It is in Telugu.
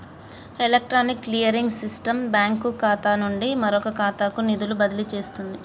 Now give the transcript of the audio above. ఎలక్ట్రానిక్ క్లియరింగ్ సిస్టం బ్యాంకు ఖాతా నుండి మరొక ఖాతాకు నిధులు బదిలీ చేస్తుంది